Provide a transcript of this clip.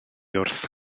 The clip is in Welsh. wrth